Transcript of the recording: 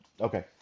okay